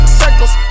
circles